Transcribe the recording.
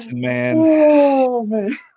man